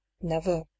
Never